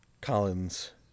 Collins